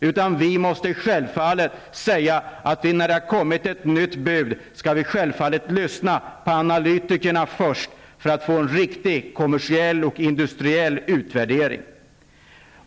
Självfallet måste vi säga att vi, när det har kommit ett nytt bud, först skall lyssna på analytikerna för att få en riktig kommersiell och industriell utvärdering.